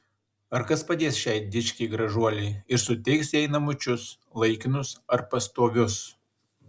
ar kas padės šiai dičkei gražuolei ir suteiks jai namučius laikinus ar pastovius